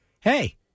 hey